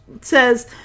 says